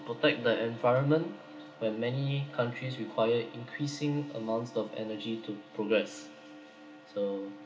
protect the environment when many countries require increasing amounts of energy to progress so